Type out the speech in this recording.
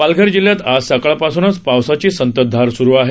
पालघर जिल्ह्यात आज सकाळपासूनच पावसाची संततधार सुरु आहे